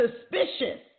suspicious